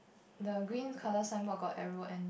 the green colour signboard got arrow and